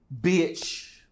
bitch